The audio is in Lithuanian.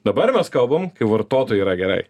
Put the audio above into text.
dabar mes kalbam kai vartotojui yra gerai